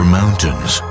mountains